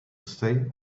stay